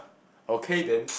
okay then